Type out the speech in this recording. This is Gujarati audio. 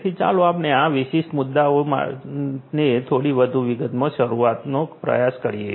તેથી ચાલો આપણે આ વિશિષ્ટ મુદ્દાને થોડી વધુ વિગતમાં શરૂ કરવાનો પ્રયાસ કરીએ